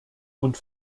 und